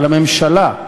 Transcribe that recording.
על הממשלה,